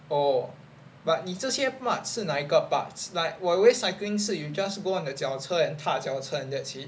oh but 你这些 parts 是哪个 parts like 我以为 cycling 是 you just go on 的脚车 and 踏脚车 and thats it